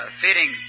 fitting